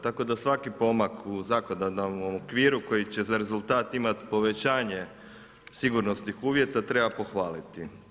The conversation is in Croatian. Tako da svaki pomak u zakonodavnom okviru, koji će za rezultat imati povećanje sigurnosnih uvjeta, treba pohvaliti.